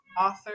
author